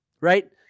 right